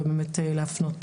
ובאמת להפנות.